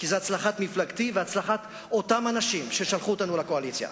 כי זאת הצלחת מפלגתי והצלחת אותם אנשים ששלחו אותנו לקואליציה.